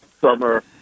summer